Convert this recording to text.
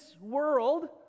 world